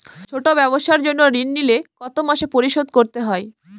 ছোট ব্যবসার জন্য ঋণ নিলে কত মাসে পরিশোধ করতে হয়?